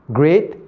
great